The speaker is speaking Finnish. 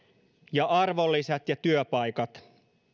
ja arvonlisät ja työpaikat